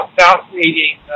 fascinating